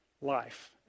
life